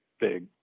big